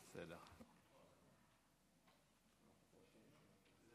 וגם אז אתה